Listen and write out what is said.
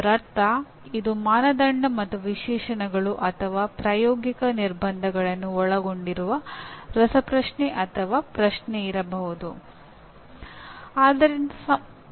ಇದರರ್ಥ ಇದು ಮಾನದಂಡ ಮತ್ತು ವಿಶೇಷಣಗಳು ಅಥವಾ ಪ್ರಾಯೋಗಿಕ ನಿರ್ಬಂಧಗಳನ್ನು ಒಳಗೊಂಡಿರುವ ರಸಪ್ರಶ್ನೆ ಅಥವಾ ಪ್ರಶ್ನೆಯಿರಬಹುದು